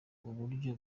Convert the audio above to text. uburyo